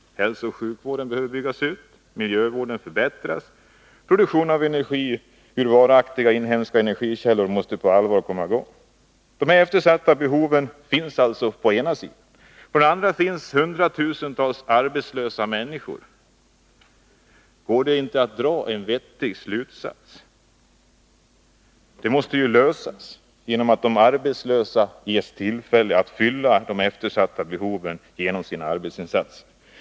Hälsooch sjukvården behöver byggas ut. Miljövården behöver förbättras. Produktionen av energi med varaktiga inhemska energikällor måste på allvar komma i gång. Dessa eftersatta behov finns alltså på ena sidan. På den andra har vi hundratusentals arbetslösa människor. Går det inte att dra en vettig slutsats? Problemet måste lösas genom att de arbetslösa ges tillfälle att fylla de eftersatta behoven genom sina arbetsinsatser.